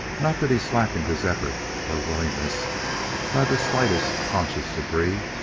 not that he slackened his effort or willingness by the slightest conscious degree,